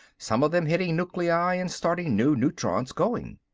some of them hitting nuclei and starting new neutrons going.